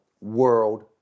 world